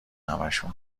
همشون